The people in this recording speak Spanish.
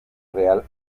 real